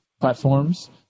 platforms